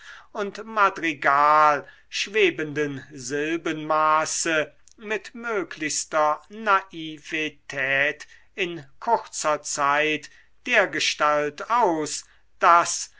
und madrigal schwebenden silbenmaße mit möglichster naivetät in kurzer zeit dergestalt aus daß